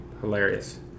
hilarious